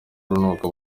urunuka